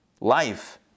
life